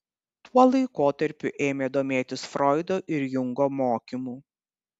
tuo laikotarpiu ėmė domėtis froido ir jungo mokymu